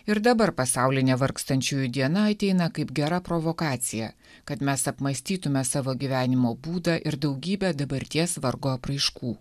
ir dabar pasaulinė vargstančiųjų diena ateina kaip gera provokacija kad mes apmąstytume savo gyvenimo būdą ir daugybę dabarties vargo apraiškų